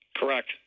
Correct